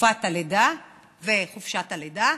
בתקופת הלידה וחופשת הלידה,